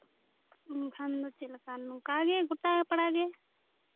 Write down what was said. ᱮᱱᱠᱷᱟᱱ ᱫᱚ ᱪᱮᱫᱞᱮᱠᱟ ᱱᱚᱝᱜᱮ ᱜᱚᱴᱟ ᱯᱟᱲᱟ ᱜᱮ